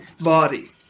body